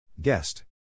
Guest